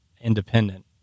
independent